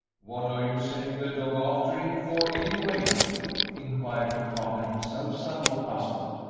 what are you sending the dog after him for, anyway? inquired her father, himself somewhat puzzled.